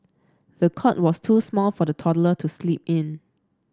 the cot was too small for the toddler to sleep in